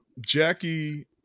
jackie